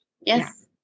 Yes